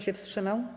się wstrzymał?